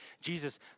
Jesus